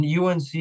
UNC